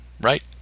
right